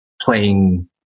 playing